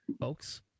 folks